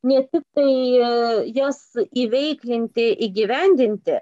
ne tik tai jas įveiklinti įgyvendinti